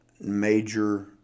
Major